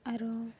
ᱟᱨᱚ